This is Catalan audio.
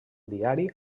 diari